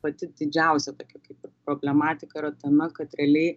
pati didžiausia tokia kaip ir problematika yra tame kad realiai